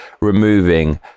removing